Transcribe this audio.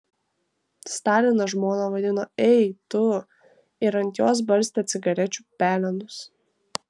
stalinas žmoną vadino ei tu ir ant jos barstė cigarečių pelenus